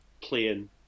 playing